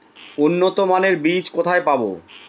উন্নতমানের বীজ কোথায় পাব?